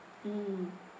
mm